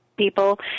people